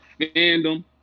fandom